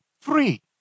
free